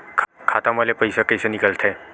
खाता मा ले पईसा कइसे निकल थे?